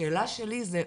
והשאלה שלי זה האם,